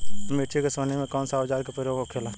मिर्च के सोहनी में कौन सा औजार के प्रयोग होखेला?